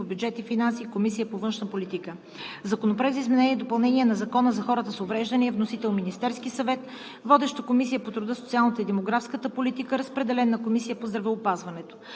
бюджет и финанси и на Комисията по външна политика. Законопроект за изменение и допълнение на Закона за хората с увреждания. Вносител – Министерският съвет. Водеща е Комисията по труда, социалната и демографската политика. Разпределен е и на Комисията по здравеопазването.